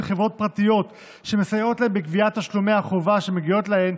חברות פרטיות שמסייעות להן בגביית תשלומי החובה שמגיעות להן,